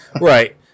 Right